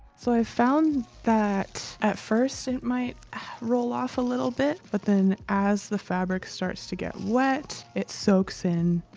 so i found that. at first, it might roll off a little bit. but, then as the fabric starts to get wet, it soaks in.